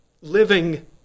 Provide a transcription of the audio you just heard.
living